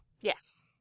Yes